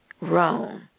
Rome